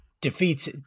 defeats